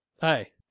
Hey